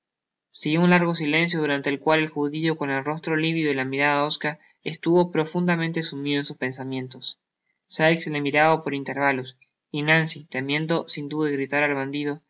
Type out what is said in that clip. siguió un largo silencio durante el cual el judio con el rostro livido y la mirada hosca estuvo profundamente sumido en sus pensamientos sikes le miraba por intérvalos y nancy temiendo sin duda irritar al bandido